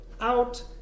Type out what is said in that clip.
out